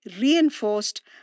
reinforced